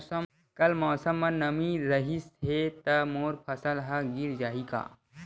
कल मौसम म नमी रहिस हे त मोर फसल ह गिर जाही का?